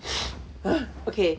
uh okay